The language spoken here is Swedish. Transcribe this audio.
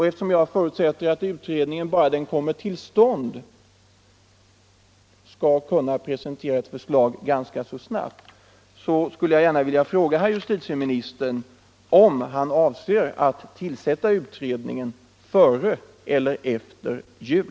Eftersom jag förutsätter att utredningen, bara den kommer till stånd, skall kunna presentera ett förslag ganska snabbt vill jag fråga herr justitieministern om han avser att tillsätta utredningen före eller efter jul.